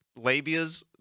labias